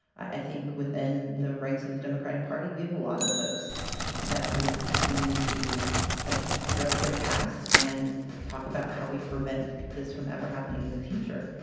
i think within the ranks of the democratic party, we have a lot of folks that we have to continue to ah address their past and talk about how we prevent this from ever happening in the future.